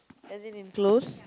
as in in close